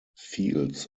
fields